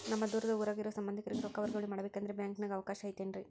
ನಮ್ಮ ದೂರದ ಊರಾಗ ಇರೋ ಸಂಬಂಧಿಕರಿಗೆ ರೊಕ್ಕ ವರ್ಗಾವಣೆ ಮಾಡಬೇಕೆಂದರೆ ಬ್ಯಾಂಕಿನಾಗೆ ಅವಕಾಶ ಐತೇನ್ರಿ?